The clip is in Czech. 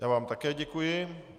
Já vám také děkuji.